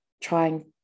trying